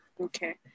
okay